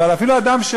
אבל אפילו אדם,